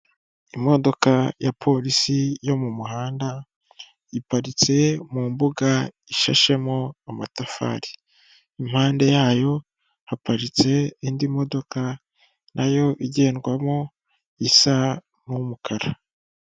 Imodoka ya polisi yo mu muhanda, iparitse mu mbuga ishashemo amatafari. Impande yayo haparitse indi modoka na yo igendwamo, isa n'umukara.